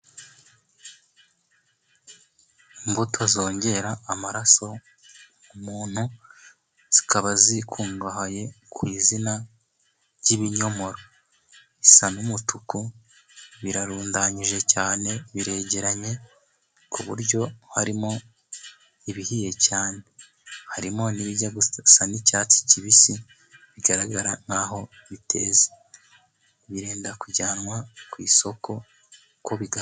Imbuto zongera amaraso umuntu, zikaba zikungahaye ku izina ry'ibinyomoro. bisa n'umutuku, birarundanyije cyane biregeranye, ku buryo harimo ibihiye cyane. Harimo n'ibijya gu gusa n'icyatsi kibisi, bigaragara nkaho biteze. Birenda kujyanwa ku isoko uko bigaragara.